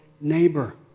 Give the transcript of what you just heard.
neighbor